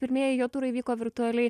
pirmieji jo turai vyko virtualiai